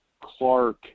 Clark